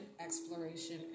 exploration